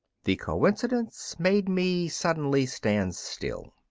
the coincidence made me suddenly stand still.